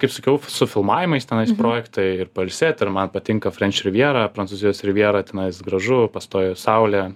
kaip sakiau su filmavimais tenais projektai ir pailsėt ir man patinka frenč rivjera prancūzijos rivjera tenais gražu pastoviai saulė